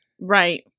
Right